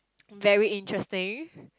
very interesting